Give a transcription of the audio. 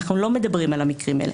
אנחנו לא מדברים על המקרים האלה.